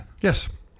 Yes